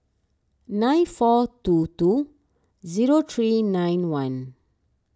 nine four two two zero three nine one